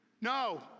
No